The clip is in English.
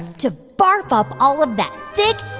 to barf up all of that thick,